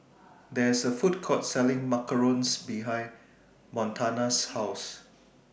There IS A Food Court Selling Macarons behind Montana's House